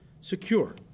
secure